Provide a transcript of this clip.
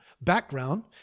background